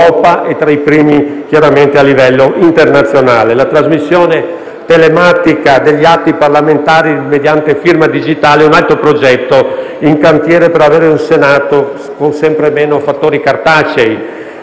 La trasmissione telematica degli atti parlamentari mediante firma digitale è un altro progetto in cantiere per un Senato con sempre minori sprechi cartacei.